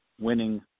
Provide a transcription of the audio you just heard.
winning